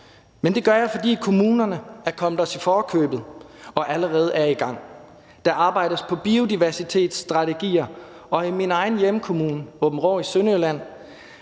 Det gør jeg, fordi kommunerne er kommet os i forkøbet og allerede er i gang. Der arbejdes på biodiversitetsstrategier, og i min egen hjemkommune, Aabenraa i Sønderjylland,